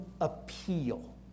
appeal